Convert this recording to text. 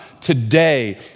today